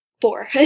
four